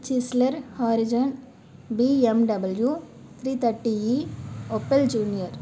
Chrysler Horizon BMW three thirty E Opel junior